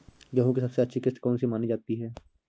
गेहूँ की सबसे अच्छी किश्त कौन सी मानी जाती है?